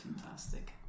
fantastic